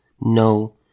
no